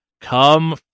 come